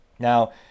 Now